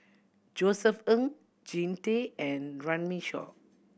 Josef Ng Jean Tay and Runme Shaw